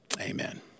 Amen